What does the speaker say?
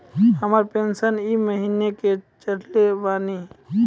हमर पेंशन ई महीने के चढ़लऽ बानी?